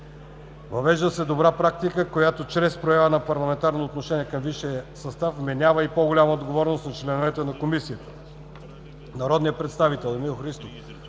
Въвежда се добра практика, която чрез проявата на парламентарно отношение към висшия състав вменява и по-голяма отговорност на членовете на Комисията. Народният представител Емил Христов